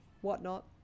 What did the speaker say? whatnot